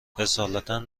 اصالتا